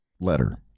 letter